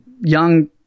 young